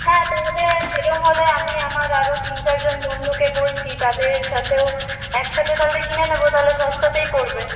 হ্যাঁ তো ওদের সে রকম হলে আমি আমার আরও তিন চারজন বন্ধুকে বলছি তাদের সাথেও একসাথে তা হলে কিনে নেব তা হলে সস্তাতেই পড়বে